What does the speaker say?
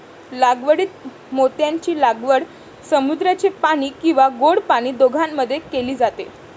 लागवडीत मोत्यांची लागवड समुद्राचे पाणी किंवा गोड पाणी दोघांमध्ये केली जाते